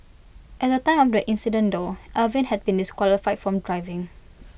at the time of the incident though Alvin had been disqualified from driving